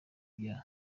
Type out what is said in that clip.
byaha